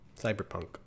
cyberpunk